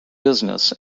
business